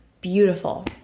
beautiful